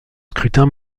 scrutin